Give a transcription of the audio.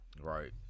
Right